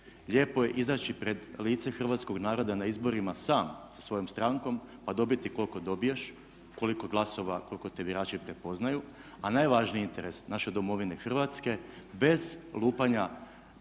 lijepo je izaći pred lice hrvatskog naroda na izborima sam sa svojom strankom pa dobiti koliko dobiješ, koliko glasova, koliko te birači prepoznaju. A najvažniji interes naše domovine Hrvatske bez lupanja